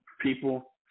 people